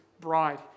bride